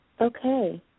Okay